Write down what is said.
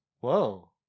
Whoa